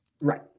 Right